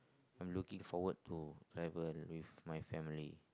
I'm looking forward to travel with my family